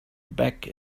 back